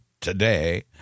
today